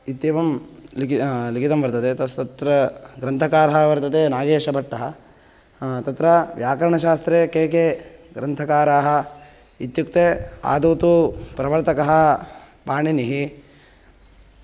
इत्येवं लिकि लिखितं वर्तते तस्य तत्र ग्रन्थकारः वर्तते नागेशभट्टः तत्र व्याकरणशास्त्रे के के ग्रन्थकाराः इत्युक्ते आदौ तु प्रवर्तकः पाणिनिः